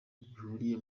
bihuriye